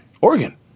Oregon